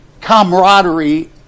camaraderie